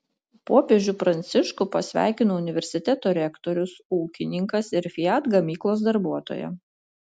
popiežių pranciškų pasveikino universiteto rektorius ūkininkas ir fiat gamyklos darbuotoja